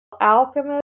alchemist